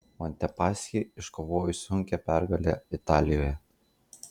montepaschi iškovojo sunkią pergalę italijoje